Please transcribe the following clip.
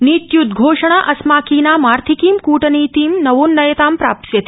नीत्युद्धोषणा अस्माकीनामार्थिकीं क्र जीतिं नवोन्नयतां प्राप्स्यति